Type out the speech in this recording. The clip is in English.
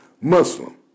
Muslim